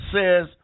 says